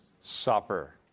Supper